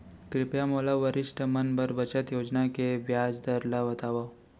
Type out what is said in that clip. कृपया मोला वरिष्ठ मन बर बचत योजना के ब्याज दर ला बतावव